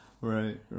right